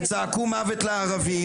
וצעקו מוות לערבים.